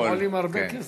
שהם עולים הרבה כסף.